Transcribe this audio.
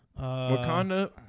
Wakanda